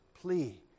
plea